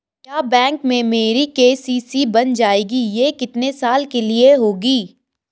क्या बैंक में मेरी के.सी.सी बन जाएगी ये कितने साल के लिए होगी?